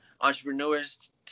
entrepreneurs